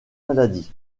maladie